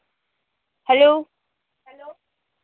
hello